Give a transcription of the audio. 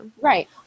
Right